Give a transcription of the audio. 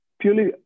Purely